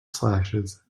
slashes